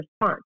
response